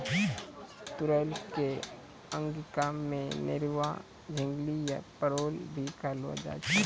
तुरई कॅ अंगिका मॅ नेनुआ, झिंगली या परोल भी कहलो जाय छै